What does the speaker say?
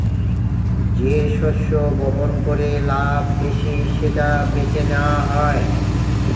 যে শস্য বপন করে লাভ বেশি সেটা বেছে নেওয়া হয়